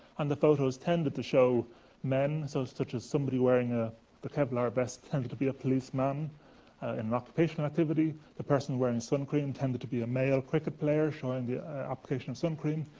and the photos tended to show men so such as somebody wearing ah the kevlar vest tended to be a policeman in an occupational activity, the person wearing sun cream tended to be a male cricket player, showing the application of sun cream.